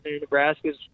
nebraska's